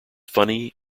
funny